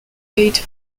paid